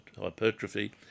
hypertrophy